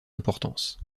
importance